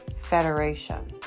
Federation